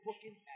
bookings